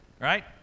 right